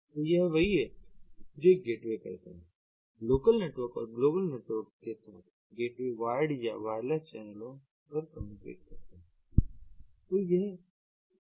तो यह वही है जो एक गेटवे करता है और लोकल नेटवर्क और ग्लोबल नेटवर्क के साथ गेटवे वायर्ड या वायरलेस चैनलों पर कम्युनिकेट करता है